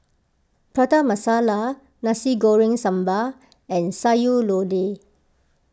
Prata Masala Nasi Goreng Sambal and Sayur Lodeh